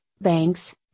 banks